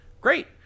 Great